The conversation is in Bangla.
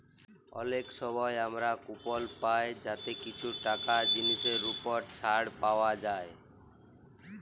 অলেক সময় আমরা কুপল পায় যাতে কিছু টাকা জিলিসের উপর ছাড় পাউয়া যায়